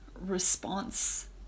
response